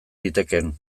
zitekeen